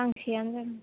गांसेयानो जागोन